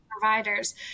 providers